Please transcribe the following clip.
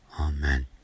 Amen